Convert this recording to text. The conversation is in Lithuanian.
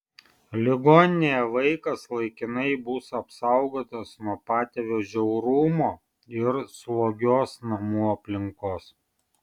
ligoninėje vaikas laikinai bus apsaugotas nuo patėvio žiaurumo ir slogios namų aplinkos